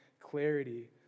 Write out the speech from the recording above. clarity